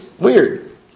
weird